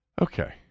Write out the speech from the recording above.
Okay